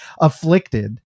afflicted